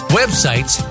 websites